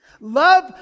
Love